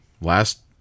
last